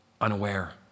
unaware